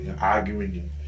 arguing